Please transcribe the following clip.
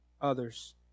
others